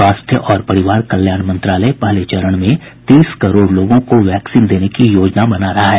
स्वास्थ्य और परिवार कल्याण मंत्रालय पहले चरण में तीस करोड़ लोगों को वैक्सीन देने की योजना बना रहा है